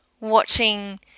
watching